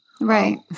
right